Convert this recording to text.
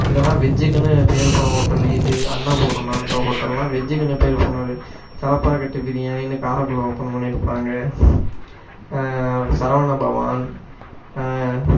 இதெல்லாம் வெஜ்ஜுக்குன்னு பேர் போன ஹோட்டல் இது அன்னப்பூர்ணான்ற ஹோட்டல்லாம் வெஜ்ஜுக்குன்னு பேர் போனது தலப்பாக்கட்டு பிரியாணின்னு காரைக்குடில ஓப்பன் பண்ணியிருப்பாங்க சரவணபவன்